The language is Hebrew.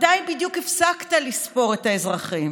מתי בדיוק הפסקת לספור את האזרחים